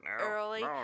early